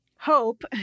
hope